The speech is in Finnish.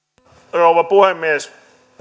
rouva puhemies